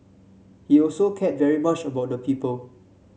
he also cared very much about the people